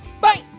Bye